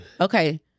Okay